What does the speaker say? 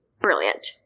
brilliant